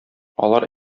алар